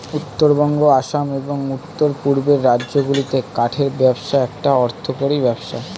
উত্তরবঙ্গ, আসাম, এবং উওর পূর্বের রাজ্যগুলিতে কাঠের ব্যবসা একটা অর্থকরী ব্যবসা